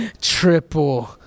Triple